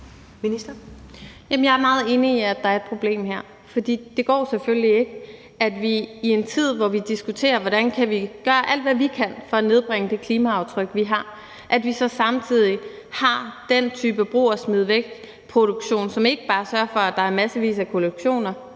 Jeg er meget enig i, at der er et problem her. For det går selvfølgelig ikke, at vi i en tid, hvor vi diskuterer, hvordan vi kan gøre alt, hvad vi kan, for at nedbringe det klimaaftryk, vi har, så samtidig har den type brug og smid væk-produktion. Den sørger ikke bare for, at der er massevis af kollektioner